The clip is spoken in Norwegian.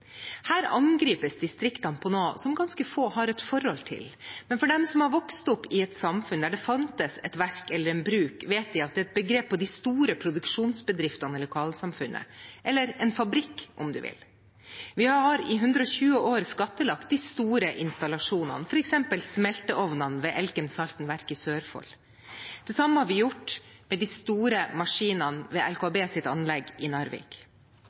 Her angripes distriktene på noe som ganske få har et forhold til. Men de som har vokst opp i et samfunn der det fantes et verk eller et bruk, vet at det er et begrep for de store produksjonsbedriftene i lokalsamfunnet, eller en fabrikk om en vil. Vi har i 120 år skattlagt de store installasjonene, f.eks. smelteovnene ved Elkem Salten verk i Sørfold. Det samme har vi gjort med de store maskinene ved LKABs anlegg i Narvik.